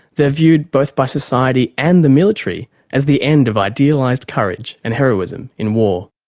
they're viewed both by society and the military as the end of idealised courage and heroism in war.